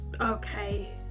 okay